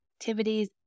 activities